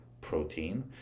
protein